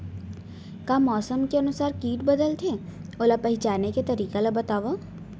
का मौसम के अनुसार किट बदलथे, ओला पहिचाने के तरीका ला बतावव?